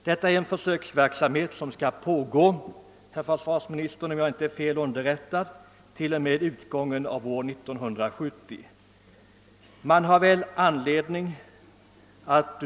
Denna försöksverksamhet skall pågå t.o.m. utgången av år 1970, om jag inte är fel underrättad.